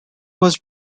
must